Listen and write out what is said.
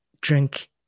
drink